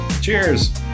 Cheers